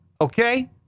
okay